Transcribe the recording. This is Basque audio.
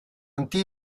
anti